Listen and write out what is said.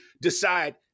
decide –